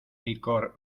licor